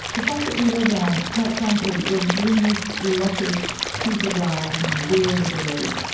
the fact that we live on, quite frankly, the greenest, lushest piece of land, weird as it is,